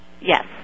Yes